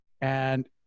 and-